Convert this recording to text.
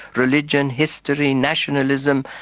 religion, history, nationalism,